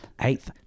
Eighth